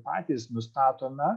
patys nustatome